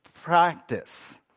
practice